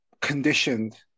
conditioned